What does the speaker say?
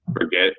forget